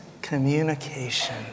communication